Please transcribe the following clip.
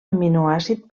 aminoàcid